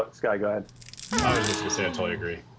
but skye, go ahead. i was just gonna say i totally agree.